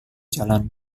jalan